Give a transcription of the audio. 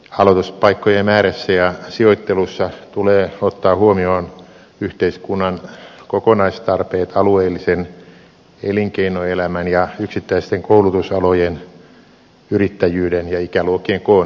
aloituspaikkojen määrässä ja sijoittelussa tulee ottaa huomioon yhteiskunnan kokonaistarpeet alueellisen elinkeinoelämän ja yksittäisten koulutusalojen yrittäjyyden ja ikäluokkien koon näkökulmasta